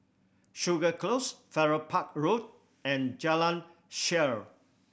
Segar Close Farrer Park Road and Jalan Shaer